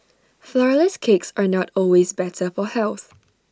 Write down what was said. Flourless Cakes are not always better for health